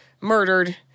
murdered